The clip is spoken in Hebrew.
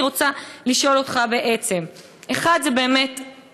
אני רוצה לשאול אותך בעצם: 1. איך